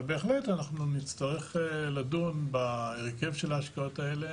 אבל בהחלט נצטרך לדון בהרכב של ההשקעות האלה,